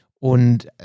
Und